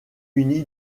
uni